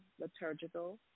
Liturgical